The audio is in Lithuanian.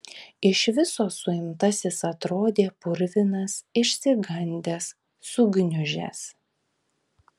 iš viso suimtasis atrodė purvinas išsigandęs sugniužęs